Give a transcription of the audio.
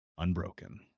Unbroken